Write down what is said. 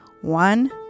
One